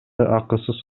акысыз